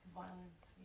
violence